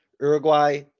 Uruguay